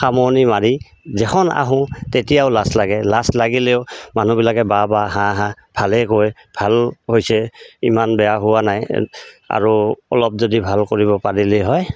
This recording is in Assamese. সামৰণি মাৰি যখন আহোঁ তেতিয়াও লাজ লাগে লাজ লাগিলেও মানুহবিলাকে বাহ বাহ হা হা ভালেই কয় ভাল হৈছে ইমান বেয়া হোৱা নাই আৰু অলপ যদি ভাল কৰিব পাৰিলে হয়